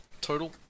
total